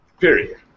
Period